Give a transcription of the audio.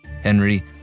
Henry